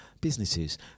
businesses